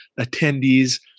attendees